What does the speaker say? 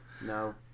No